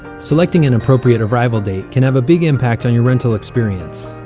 selecting an appropriate arrival day can have a big impact on your rental experience.